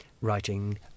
writing